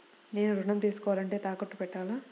నేను ఋణం తీసుకోవాలంటే తాకట్టు పెట్టాలా?